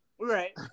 Right